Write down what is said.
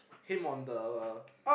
him on the